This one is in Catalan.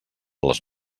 les